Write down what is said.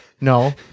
no